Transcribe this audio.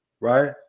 Right